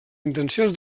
intencions